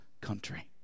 country